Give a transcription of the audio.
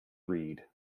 reed